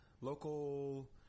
local